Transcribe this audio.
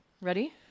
Ready